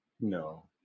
No